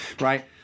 right